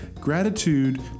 gratitude